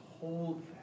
hold